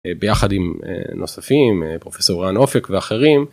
‫ביחד עם נוספים, ‫פרופ' רן אופק ואחרים.